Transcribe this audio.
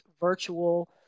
virtual